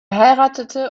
heiratete